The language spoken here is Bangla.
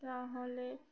তাহলে